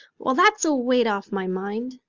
well, that's a weight off my mind,